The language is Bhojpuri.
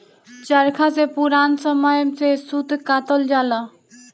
चरखा से पुरान समय में सूत कातल जाला